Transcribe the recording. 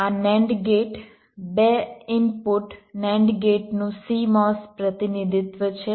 આ NAND gate બે input NAND ગેટનું CMOS પ્રતિનિધિત્વ છે